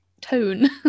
tone